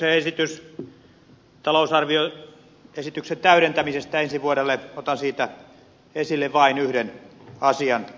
tästä hallituksen esityksestä talousarvioesityksen täydentämiseksi ensi vuodelle otan esille vain yhden asian